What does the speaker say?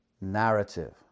narrative